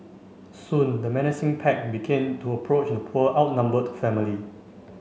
soon the menacing pack began to approach the poor outnumbered family